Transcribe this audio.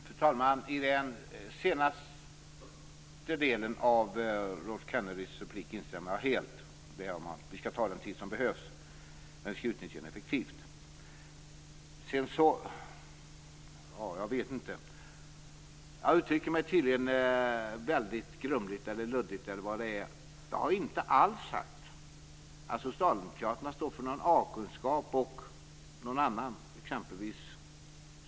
Fru talman! Jag instämmer helt i den avslutande delen av Rolf Kenneryds replik. Vi skall ta den tid som behövs och vi skall utnyttja den tiden effektivt. Jag vet inte, men jag uttrycker mig tydligen väldigt luddigt. Jag har inte alls sagt att socialdemokraterna står för en A-kunskap och någon annan, t.ex.